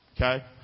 Okay